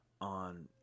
on